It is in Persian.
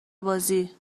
بازی